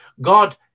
God